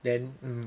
then mm